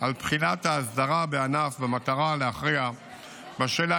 על בחינת ההסדרה בענף במטרה להכריע בשאלה